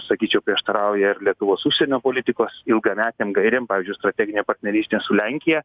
sakyčiau prieštarauja ir lietuvos užsienio politikos ilgametėm gairėm pavyzdžiui strateginė partnerystė su lenkija